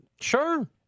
Sure